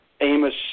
Amos